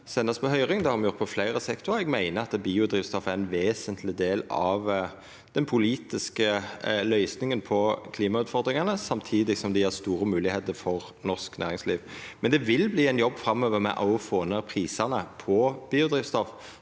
Det har me gjort for fleire sektorar. Eg meiner at biodrivstoff er ein vesentleg del av den politiske løysinga på klimautfordringane, samtidig som det gjev store moglegheiter for norsk næringsliv. Men me vil få ein jobb framover med å få ned prisane på biodrivstoff